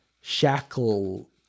shackle